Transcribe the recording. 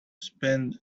spend